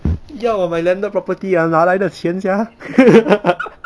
要我买 landed property ah 哪来的钱 sia